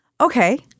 Okay